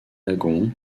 lagons